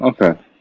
okay